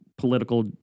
political